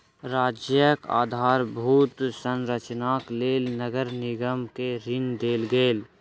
राज्यक आधारभूत संरचनाक लेल नगर निगम के ऋण देल गेल